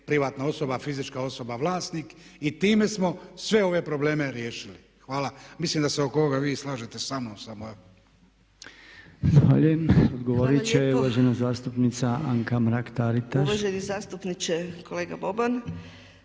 privatna osoba i fizička osoba vlasnik. Time smo sve ove probleme riješili. Mislim da se oko ovoga vi slažete sa mnom.